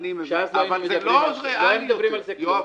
שאז לא היינו אומרים כלום,